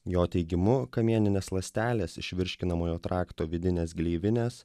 jo teigimu kamieninės ląstelės iš virškinamojo trakto vidinės gleivinės